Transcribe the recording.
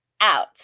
out